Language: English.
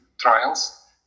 Trials